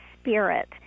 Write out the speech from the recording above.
spirit